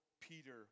Peter